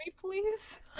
please